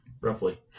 Roughly